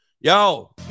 Yo